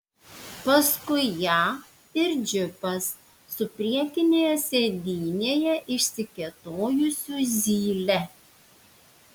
paskui ją ir džipas su priekinėje sėdynėje išsikėtojusiu zyle